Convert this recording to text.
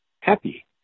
happy